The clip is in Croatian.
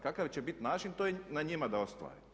Kakav će biti način to je na njima da ostvare.